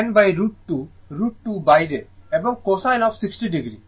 এই 10√ 2 √ 2 বাইরে এবং cosine of 60o